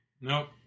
Nope